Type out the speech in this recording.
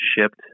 shipped